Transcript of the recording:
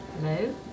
Hello